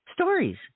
stories